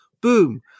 Boom